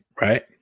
Right